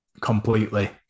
completely